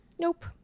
Nope